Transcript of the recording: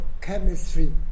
chemistry